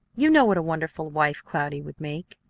you know what a wonderful wife cloudy would make.